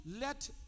let